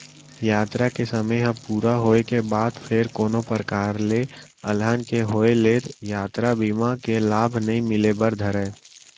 यातरा के समे ह पूरा होय के बाद फेर कोनो परकार ले अलहन के होय ले यातरा बीमा के लाभ नइ मिले बर धरय